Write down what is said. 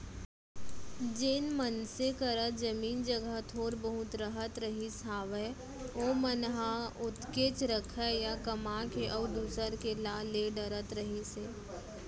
जेन मनसे करा जमीन जघा थोर बहुत रहत रहिस हावय ओमन ह ओतकेच रखय या कमा के अउ दूसर के ला ले डरत रहिस हे